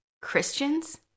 Christians